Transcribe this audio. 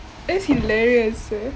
that's hilarious eh